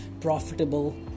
Profitable